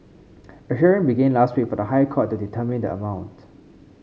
a hearing began last week for the High Court to determine the amount